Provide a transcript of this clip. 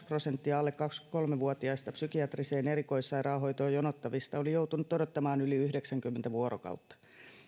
prosenttia alle kaksikymmentäkolme vuotiaista psykiatriseen erikoissairaanhoitoon jonottavista oli joutunut odottamaan yli yhdeksänkymmentä vuorokautta